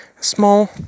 small